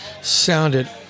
sounded